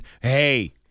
hey